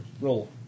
Roll